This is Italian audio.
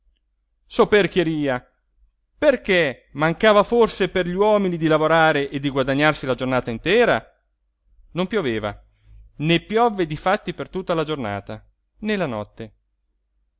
donne soperchieria perché mancava forse per gli uomini di lavorare e di guadagnarsi la giornata intera non pioveva né piovve difatti per tutta la giornata né la notte